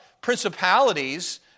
principalities